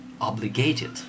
obligated